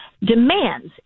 demands